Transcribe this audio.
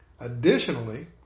Additionally